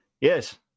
Yes